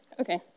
Okay